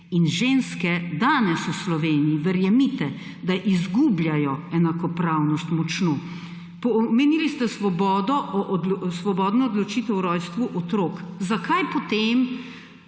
In ženske danes v Sloveniji, verjemite, da izgubljajo enakopravnost močno. Omenili ste svobodno odločitev o rojstvu otrok. Zakaj potem